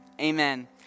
amen